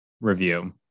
review